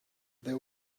there